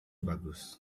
bagus